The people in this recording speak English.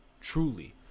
truly